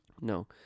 no